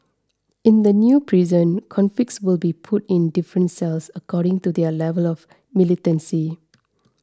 in the new prison convicts will be put in different cells according to their level of militancy